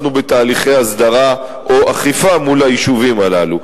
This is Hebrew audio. אנחנו בתהליכי הסדרה או אכיפה מול היישובים הללו.